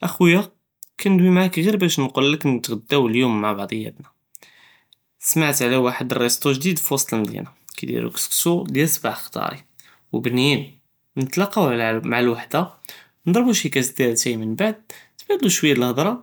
אחויה קנדווי מעאך חר בש נקולק נתגדאו אליום מע ביחדיאתנא, סמעתי עלא וואחד ריסטו חדש פי וסט אלמדינה, קידירו כסקסו דיאל שבע חטארי, ו בנין, נתלקאו מע עלא אלוואחדה, נדרבו שי קס דיאל אטאי, מנבאעד נתבדלו שווייה דיאל אלחדרה